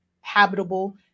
habitable